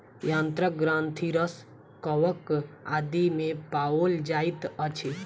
सयंत्र ग्रंथिरस कवक आदि मे पाओल जाइत अछि